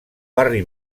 barri